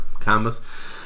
canvas